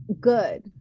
good